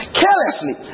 carelessly